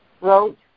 wrote